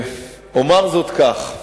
אומר זאת כך: